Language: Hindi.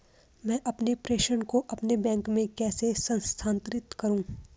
मैं अपने प्रेषण को अपने बैंक में कैसे स्थानांतरित करूँ?